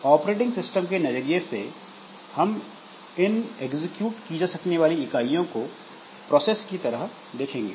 operating system के नजरिए से हम इन एग्जीक्यूट की जा सकने वाली इकाइयों को प्रोसेस की तरह देखेंगे